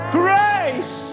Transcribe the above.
grace